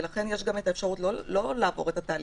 ולכן יש גם אפשרות לא לעבור את התהליך,